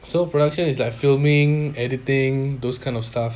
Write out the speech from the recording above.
so production is like filming editing those kind of stuff